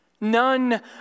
None